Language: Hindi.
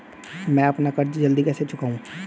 मैं अपना कर्ज जल्दी कैसे चुकाऊं?